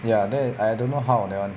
ya that is I don't know how that one